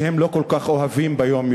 שהם לא כל כך אוהבים ביום-יום.